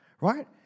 right